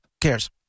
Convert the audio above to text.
cares